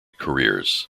careers